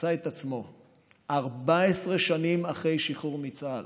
מצא את עצמו 14 שנים אחרי השחרור מצה"ל,